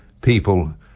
people